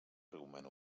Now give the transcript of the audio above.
argument